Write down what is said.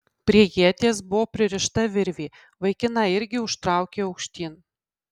prie ieties buvo pririšta virvė vaikiną irgi užtraukė aukštyn